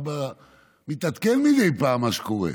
ואני מתעדכן מדי פעם במה שקורה: